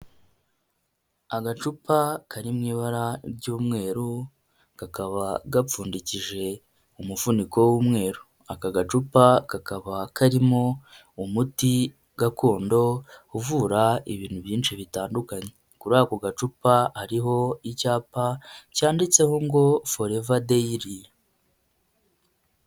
Agacupa kari mu ibara ry'umweru kakaba gapfundikije umufuniko w'umweru, aka gacupa kakaba karimo umuti gakondo uvura ibintu byinshi bitandukanye, kuri ako gacupa hariho icyapa cyanditseho ngo Forever daily.